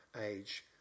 age